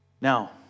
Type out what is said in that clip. Now